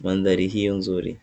madhari hiyo nzuri.